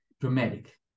dramatic